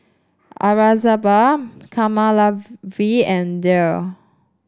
Aurangzeb Kamaladevi and Dev